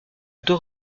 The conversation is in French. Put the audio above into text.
deux